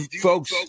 folks